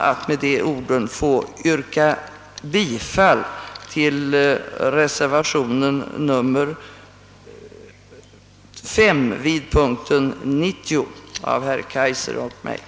Med det anförda ber jag att få yrka bifall till reservationen 5 vid punkt 90, som 'avgivits av herr Kaijser m.fl.